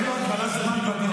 תקשיבי, אין לו הגבלת זמן בדיבור.